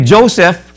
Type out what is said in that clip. Joseph